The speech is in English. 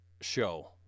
show